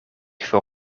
voor